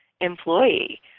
employee